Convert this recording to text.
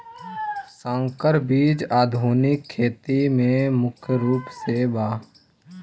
संकर बीज आधुनिक खेती में मुख्य रूप से बा